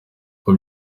uko